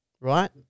right